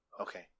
okay